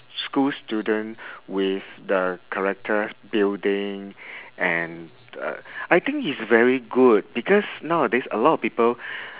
school student with the character building and uh I think it's very good because nowadays a lot of people